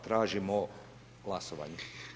Tražimo glasovanje.